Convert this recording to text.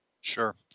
Sure